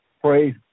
Praise